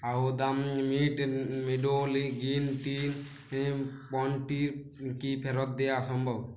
Vahdam mint মিডোলি green tea পণ্যটি কি ফেরত দেয়া সম্ভব